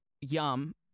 Yum